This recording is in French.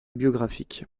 biographique